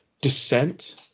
Descent